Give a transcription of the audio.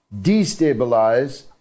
destabilize